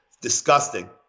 Disgusting